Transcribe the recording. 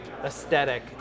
aesthetic